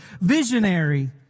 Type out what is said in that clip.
visionary